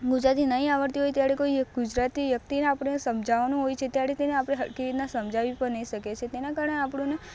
ગુજરાતી નહીં આવડતી હોય ત્યારે કોઈ ગુજરાતી વ્યક્તિને આપણને સમજાવવાનું હોય છે ત્યારે તેને સરખી રીતના સમજાવી પણ નહીં શકીએ છે તેના કારણે આપણને